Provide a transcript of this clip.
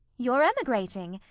your emigrating.